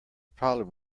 problem